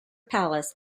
palace